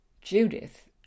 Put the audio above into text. Judith